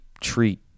treat